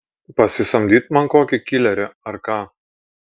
pasisamdyt man kokį kilerį ar ką